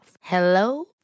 Hello